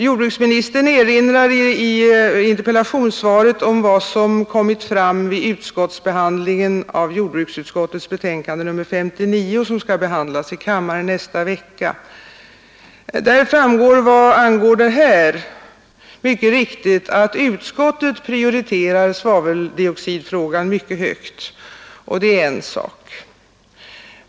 Jordbruksministern erinrar i interpellationssvaret om vad som har kommit fram vid utskottsbehandlingen av jordbruksutskottets betänkande nr 59 som skall behandlas i riksdagen nästa vecka. Av det framgår vad angår den här frågan mycket riktigt att utskottet prioriterar svaveldioxidfrågan mycket högt. Det är en sak.